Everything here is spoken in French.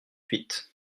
huit